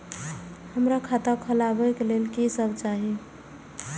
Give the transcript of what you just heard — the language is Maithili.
हमरा खाता खोलावे के लेल की सब चाही?